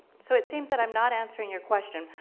so it seems that i am not answering your question.